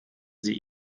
sie